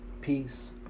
Peace